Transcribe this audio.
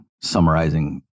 summarizing